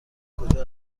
کجا